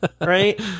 Right